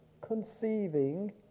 conceiving